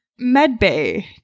medbay